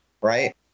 right